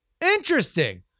interesting